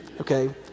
Okay